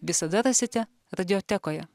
visada rasite radiotekoje